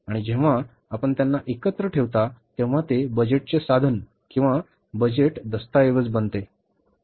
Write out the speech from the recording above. आणि जेव्हा आपण त्यांना एकत्र ठेवता तेव्हा ते बजेटचे साधन किंवा बजेट दस्तऐवज बनते